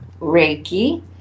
Reiki